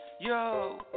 yo